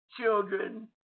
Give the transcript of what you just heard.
children